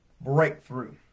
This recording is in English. breakthrough